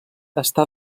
està